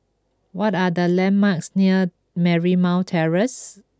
what are the landmarks near Marymount Terrace